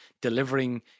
delivering